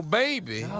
baby